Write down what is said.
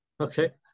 Okay